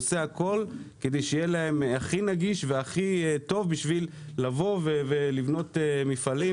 הוא עושה הכל כדי שיהיה להם הכי נגיש וטוב כדי לבוא ולבנות מפעלים,